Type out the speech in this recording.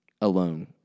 alone